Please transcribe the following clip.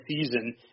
season